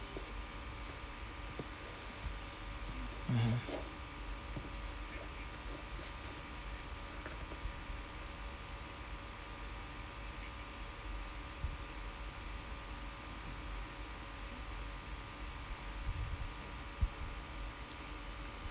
mmhmm